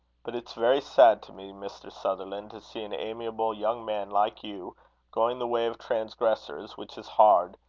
but it's very sad to me, mr. sutherland, to see an amiable young man like you going the way of transgressors, which is hard.